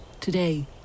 Today